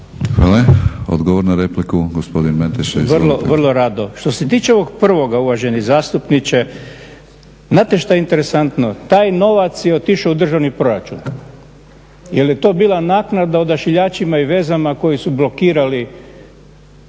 Hvala. Odgovor na repliku, gospodin Mateša. Izvolite. **Mateša, Zlatko** Vrlo rado. Što se tiče ovog prvoga uvaženi zastupniče, znate što je interesantno? Taj novac je otišao u državni proračun jer je to bila naknada OIV-a koji su blokirali